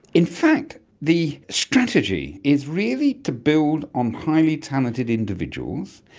in fact the strategy is really to build on highly talented individuals,